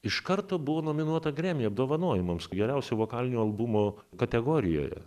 iš karto buvo nominuota grammy apdovanojimams geriausio vokalinio albumo kategorijoje